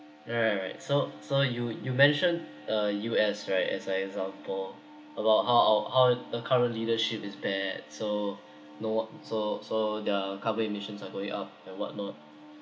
right so so you you mentioned uh U_S right as an example for about how our how the current leadership is bad so no wha~ so so the carbon emissions are going up and whatnot